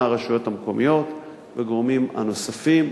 הרשויות המקומיות והגורמים הנוספים,